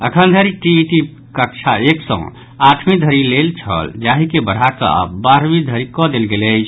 अखन धरि टीईटी कक्षा एक सॅ आठवीं धरि लेल छल जाहि के बढ़काऽ आब बारहवीं धरि कऽ देल गेल अछि